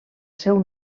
seu